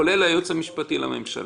כולל הייעוץ המשפטי לממשלה.